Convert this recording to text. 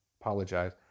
apologize